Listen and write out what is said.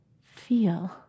feel